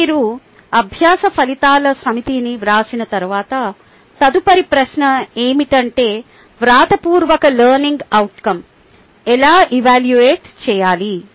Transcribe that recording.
ఇప్పుడు మీరు అభ్యాస ఫలితాల సమితిని వ్రాసిన తర్వాత తదుపరి ప్రశ్న ఏమిటంటే వ్రాతపూర్వక లెర్నింగ్ అవుట్కం ఎలా ఎవాల్యూటవేయాలి